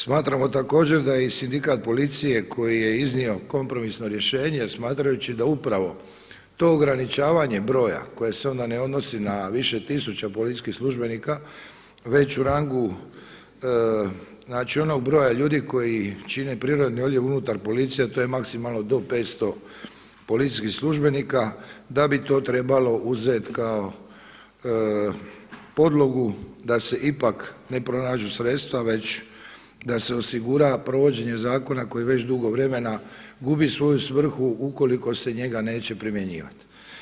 Smatramo također da je i Sindikat policije koji je iznio kompromisno rješenje smatrajući da upravo to ograničavanje broja koje se onda ne odnosi na više tisuća policijskih službenika, već u rangu onog broja ljudi koji čine prirodni odljev unutar policije, a to je maksimalno do 500 policijskih službenika, da bi to trebalo uzeti kao podlogu da se ipak ne pronađu sredstva već da se osigura provođenje zakona koji već dugo vremena gubi svoju svrhu ukoliko se njega neće primjenjivati.